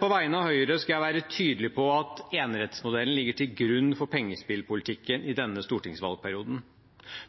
På vegne av Høyre skal jeg være tydelig på at enerettsmodellen ligger til grunn for pengespillpolitikken i denne stortingsvalgperioden.